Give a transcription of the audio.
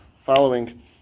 following